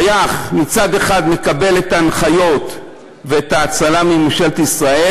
אחד מקבל הנחיות ואת ההאצלה מממשלת ישראל